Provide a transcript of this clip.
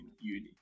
uni